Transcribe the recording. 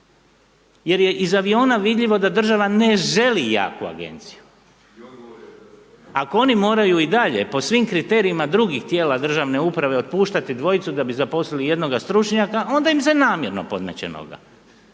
jer je iz aviona vidljivo da država ne želi jaku agenciju. Ako oni moraju i dalje po svim kriterijima drugih tijela državne uprave otpuštati dvojicu da bi zaposlili jednoga stručnjaka onda im se namjerno podmeće noga.